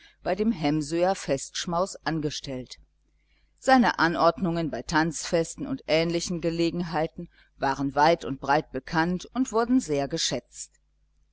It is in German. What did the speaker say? bei dem hemsöer festschmaus angestellt seine anordnungen bei tanzfesten und ähnlichen gelegenheiten waren weit und breit bekannt und wurden sehr geschätzt